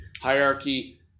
Hierarchy